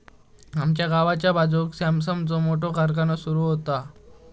आमच्या गावाच्या बाजूक सॅमसंगचो मोठो कारखानो सुरु होतलो हा